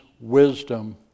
wisdom